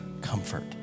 comfort